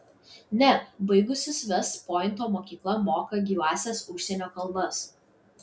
ne baigusis vest pointo mokyklą moka gyvąsias užsienio kalbas